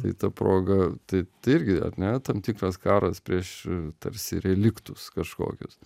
tai ta proga tai tai irgi ar ne tam tikras karas prieš tarsi reliktus kažkokius